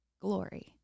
glory